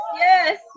yes